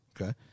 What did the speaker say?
Okay